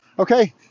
Okay